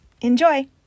Enjoy